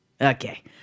Okay